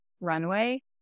runway